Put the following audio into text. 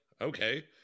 okay